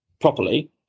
properly